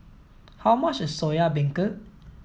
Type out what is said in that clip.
how much is soya beancurd